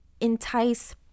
entice